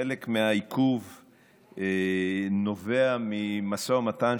חלק מהעיכוב נובע ממשא ומתן,